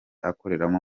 akoreramo